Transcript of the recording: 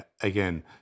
again